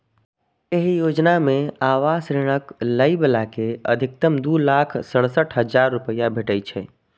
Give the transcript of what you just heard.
एहि योजना मे आवास ऋणक लै बला कें अछिकतम दू लाख सड़सठ हजार रुपैया भेटै छै